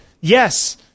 yes